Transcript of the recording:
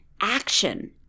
action